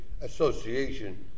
association